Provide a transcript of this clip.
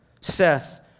Seth